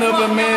יריב,